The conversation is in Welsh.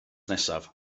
nesaf